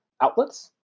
outlets